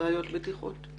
בעיות בטיחות?